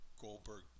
Goldberg